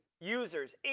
users